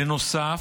בנוסף,